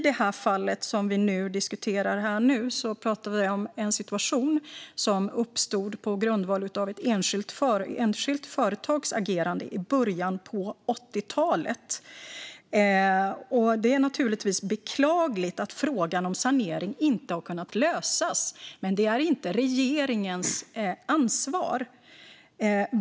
Den situation vi nu diskuterar uppstod på grund av ett enskilt företags agerande i början av 80-talet. Det är givetvis beklagligt att frågan om sanering inte har kunnat lösas, men det är inte regeringens ansvar.